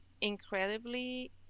incredibly